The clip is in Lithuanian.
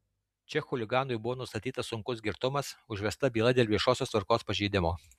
čia chuliganui buvo nustatytas sunkus girtumas užvesta byla dėl viešosios tvarkos pažeidimo